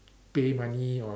pay money or